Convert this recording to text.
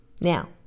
Now